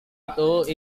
itu